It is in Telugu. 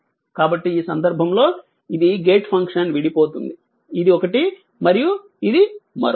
కాబట్టి ఈ సందర్భంలో ఇది గేట్ ఫంక్షన్ విడిపోతుంది ఇది ఒకటి మరియు ఇది ఒకటి